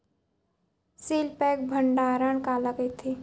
Seal pack भंडारण काला कइथे?